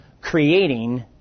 creating